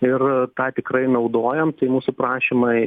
ir tą tikrai naudojam tai mūsų prašymai